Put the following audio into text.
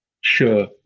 Sure